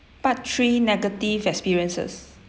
part three negative experiences